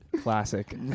Classic